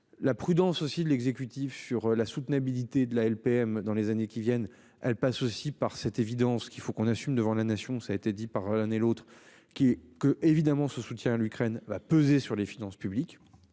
La prudence aussi de l'exécutif sur la soutenabilité de la LPM dans les années qui viennent. Elle passe aussi par cette évidence qu'il faut qu'on assume devant la nation. Ça a été dit par l'un et l'autre qui est que, évidemment, ce soutien. L'Ukraine va peser sur les finances publiques.